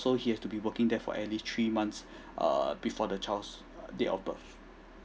he has to be working there for at least three months err before the child date of birth